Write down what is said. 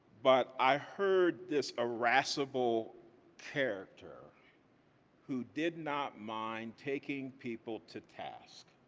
but i heard this irascible character who did not mind taking people to task